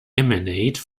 emanate